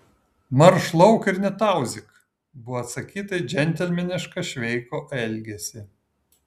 marš lauk ir netauzyk buvo atsakyta į džentelmenišką šveiko elgesį